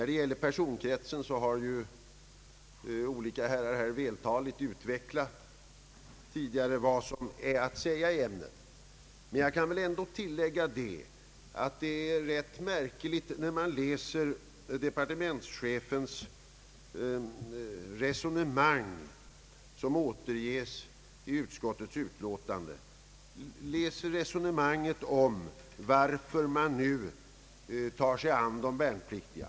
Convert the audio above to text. Vad gäller personkretsen har olika talare här i kammaren tidigare vältaligt utvecklat vad som finns att säga i ämnet, men jag vill ändå tillägga att jag finner departementschefens <resonemang, som är återgivet i utskottsutlåtandet, rätt märkligt. Jag syftar på resonemanget om varför han nu tar sig an de värnpliktiga.